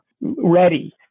ready